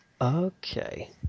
Okay